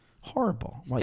horrible